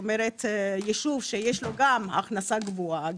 יישוב שיש לו גם הכנסה גבוהה,